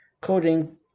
coding